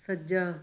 ਸੱਜਾ